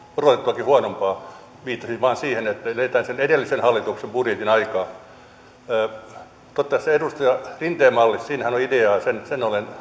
odotettuakin huonompaa viittasin vain siihen että eletään sen edellisen hallituksen budjetin aikaa tässä edustaja rinteen mallissahan on ideaa sen sen olen